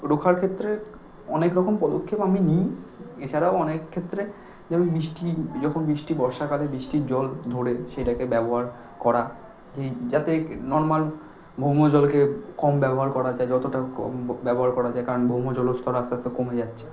রোখার ক্ষেত্রে অনেক রকম পদক্ষেপ আমি নিই এছাড়াও অনেক ক্ষেত্রে যেমন বৃষ্টি যখন বৃষ্টি বর্ষাকালে বৃষ্টির জল ধরে সেটাকে ব্যবহার করা যাতে ক্ নর্মাল ভৌমজলকে কম ব্যবহার করা যায় যতটা কম ব ব্যবহার করা যায় কারণ ভৌমজলস্তর আস্তে আস্তে কমে যাচ্ছে